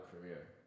career